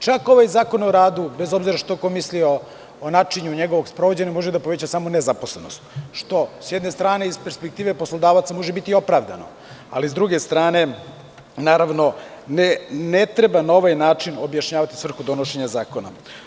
Čak, ovaj Zakon o radu, bez obzira šta ko mislio o načinu njegovog sprovođenja, može da poveća samo nezaposlenost, što sa jedne strane iz perspektive poslodavaca može biti i opravdano, ali sa druge strane, naravno ne treba na ovaj način objašnjavati svrhu donošenja zakona.